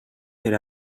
per